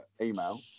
email